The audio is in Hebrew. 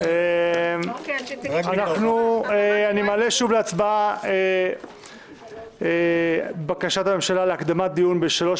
אני מעלה שוב להצבעה את בקשת הממשלה להקדמת הדיון בשלוש